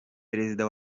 perezida